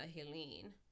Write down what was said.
Helene